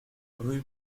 rue